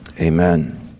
Amen